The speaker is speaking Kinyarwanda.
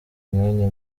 umwanya